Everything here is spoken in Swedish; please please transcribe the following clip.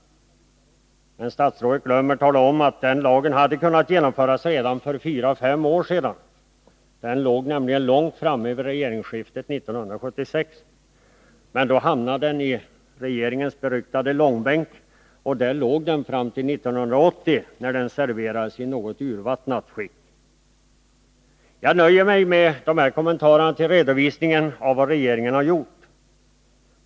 Men statsrådet glömmer tala om att den lagen hade kunnat genomföras redan för fyra fem år sedan. Den låg nämligen långt framme vid regeringsskiftet 1976, men då hamnade den i regeringens beryktade långbänk, och där låg den fram till 1980, när den serverades i ett något urvattnat skick. Jag nöjer mig med dessa kommentarer till redovisningen av vad regeringen har gjort.